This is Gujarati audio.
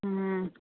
હમ્મ